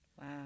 Wow